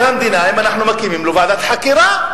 המדינה אם אנחנו מקימים לו ועדת חקירה.